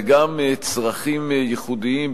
וגם צרכים ייחודיים,